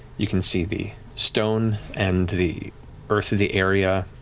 you can see the stone and the earth of the area